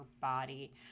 body